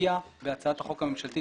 שהופיע בהצעת החוק הממשלתית.